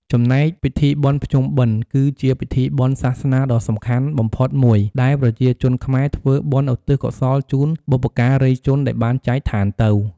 ចំណែក ពិធីបុណ្យភ្ជុំបិណ្ឌ គឺជាពិធីបុណ្យសាសនាដ៏សំខាន់បំផុតមួយ ដែលប្រជាជនខ្មែរធ្វើបុណ្យឧទ្ទិសកុសលជូនបុព្វការីជនដែលបានចែកឋានទៅ។